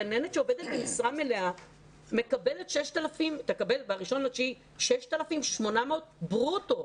גננת שעובדת במשרה מלאה תקבל ב-1.9 6,800 ברוטו.